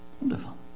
wonderful